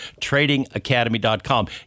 tradingacademy.com